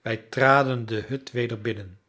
wij traden de hut weder binnen